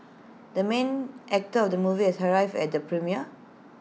the main actor of the movie has arrived at the premiere